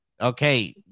Okay